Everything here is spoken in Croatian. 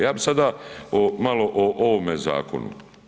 Ja bi sada o, malo o ovome zakonu.